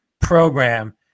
program